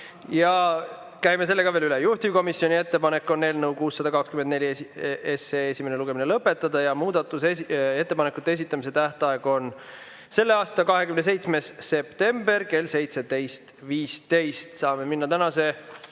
Ja käime selle ka veel üle: juhtivkomisjoni ettepanek on eelnõu 624 esimene lugemine lõpetada ja muudatusettepanekute esitamise tähtaeg on selle aasta 27. september kell 17.15. Saame minna tänase